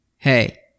Hey